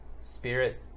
Spirit